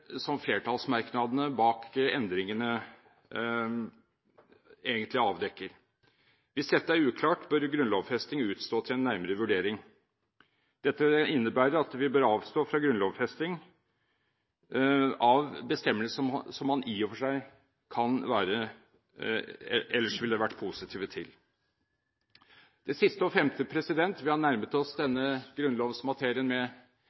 som flertallsmerknadene bak endringene egentlig avdekker. Hvis dette er uklart, bør grunnlovfesting utstå til nærmere vurdering. Dette innebærer at vi bør avstå fra grunnlovfesting av bestemmelser som man i og for seg ellers ville vært positive til. Det siste og femte vi har nærmet oss denne grunnlovsmaterien med,